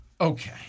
Okay